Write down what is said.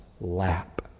lap